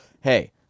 hey